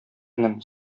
энем